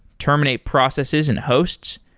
terminate processes and hosts.